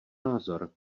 názor